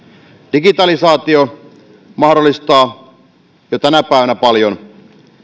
digitalisaatio mahdollistaa jo tänä päivänä paljon